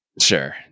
Sure